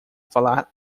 falar